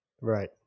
right